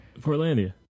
Portlandia